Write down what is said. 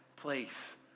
place